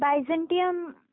Byzantium